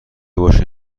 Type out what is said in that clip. باشه